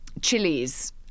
chilies